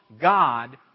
God